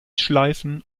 schleifen